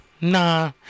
Nah